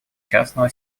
частного